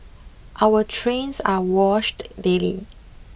our trains are washed daily